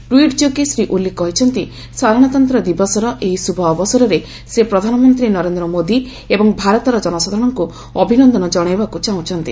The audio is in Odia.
ଟ୍ରିଇଟ୍ ଯୋଗେ ଶ୍ରୀ ଓଲି କହିଛନ୍ତି ସାଧାରଣତନ୍ତ୍ର ଦିବସର ଶ୍ରଭ ଅବସରରେ ସେ ପ୍ରଧାନମନ୍ତ୍ରୀ ନରେନ୍ଦ୍ର ମୋଦି ଏବଂ ଭାରତର ଜନସାଧାରଣଙ୍କୁ ଅଭିନନ୍ଦନ କଣାଇବାକୁ ଚାହାଁନ୍ତି